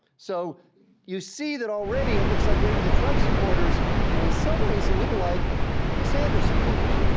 so you see that already it looks like maybe the trump supporters are in some ways a little like the sanders supporters.